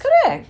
correct